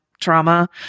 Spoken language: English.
trauma